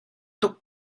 tuk